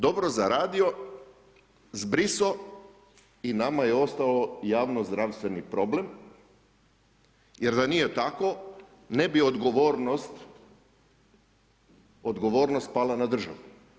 Dobro zaradio, zbrisao i nama je ostalo javno-zdravstveni problem, jer da nije tako ne bi odgovornost pala na državu.